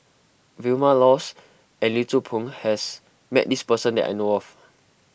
Vilma Laus and Lee Tzu Pheng has met this person that I know of